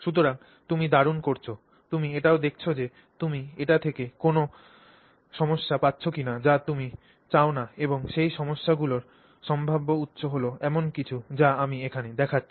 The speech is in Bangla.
সুতরাং তুমি দারুণ করছ তুমি এটাও দেখছ যে তুমি এটি থেকে কোনও সমস্যা পাচ্ছ কিনা যা তুমি চাও না এবং সেই সমস্যাগুলির সম্ভাব্য উৎস হল এমন কিছু যা আমি এখানে দেখাচ্ছি